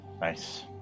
Nice